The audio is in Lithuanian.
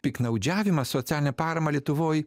piktnaudžiavimas socialinę paramą lietuvoj